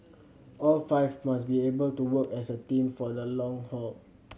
all five must be able to work as a team for the long haul